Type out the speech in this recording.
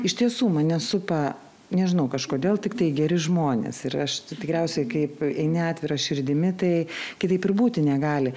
iš tiesų mane supa nežinau kažkodėl tiktai geri žmonės ir aš tikriausiai kaip eini atvira širdimi tai kitaip ir būti negali